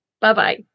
Bye-bye